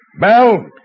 Bell